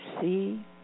see